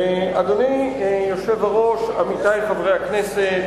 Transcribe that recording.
אדוני היושב-ראש, עמיתי חברי הכנסת,